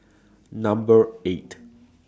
Number eight